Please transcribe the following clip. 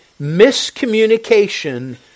miscommunication